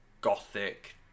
gothic